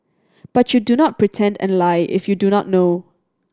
but you do not pretend and lie if you do not know